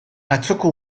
atzoko